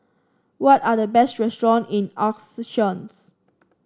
what are the best restaurant in